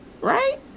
Right